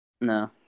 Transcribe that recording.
No